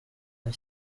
nta